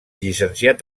llicenciat